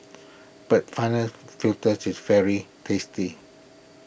but final filters is very tasty